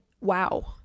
wow